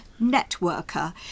networker